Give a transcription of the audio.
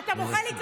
אתה מוחא לי כפיים?